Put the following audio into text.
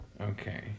Okay